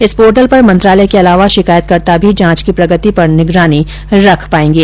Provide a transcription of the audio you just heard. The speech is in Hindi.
इस पोर्टल पर मंत्रालय के अलावा शिकायतकर्ता भी जांच की प्रगति पर निगरानी रख पायेंगे